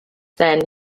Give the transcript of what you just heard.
then